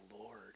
Lord